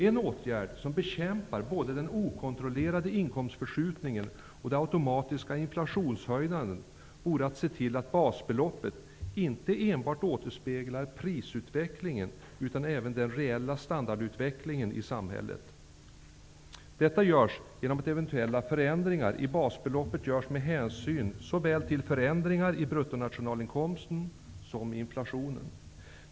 En åtgärd som bekämpar både den okontrollerade inkomstförskjutningen och det automatiska inflationshöjandet vore att se till att basbeloppet inte enbart återspeglar prisutvecklingen utan även den reella standardutvecklingen i samhället. Detta görs genom att eventuella förändringar i basbeloppet görs med hänsyn såväl till förändringar i bruttonationalinkomsten som till inflationen.